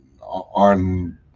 on